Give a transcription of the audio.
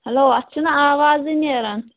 hello اَتھ چھُنہٕ آوازٕے نیران